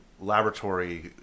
laboratory